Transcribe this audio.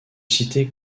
citer